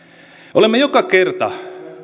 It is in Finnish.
olemme joka kerta